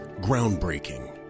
groundbreaking